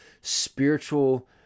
spiritual